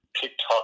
TikTok